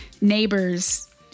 neighbors